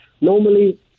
normally